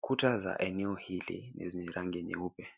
Kuta za eneo hili ni zenye rangi nyeupe.